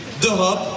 d'Europe